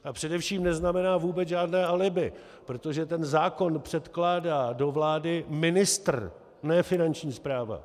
A především neznamená vůbec žádné alibi, protože zákon předkládá do vlády ministr, ne Finanční správa.